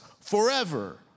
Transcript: forever